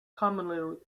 commonly